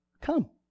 come